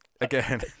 Again